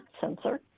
sensor